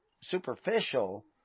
superficial